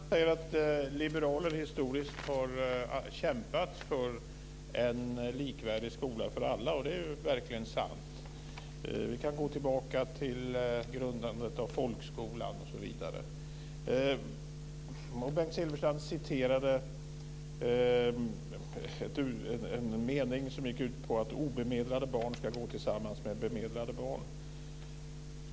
Herr talman! Bengt Silfverstrand säger att liberaler historiskt har kämpat för en likvärdig skola för alla. Det är verkligen sant. Vi kan gå tillbaka till grundandet av folkskolan osv. Bengt Silfverstrand citerade en mening som gick ut på att obemedlade barn ska gå tillsammans med bemedlade barn.